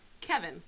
Kevin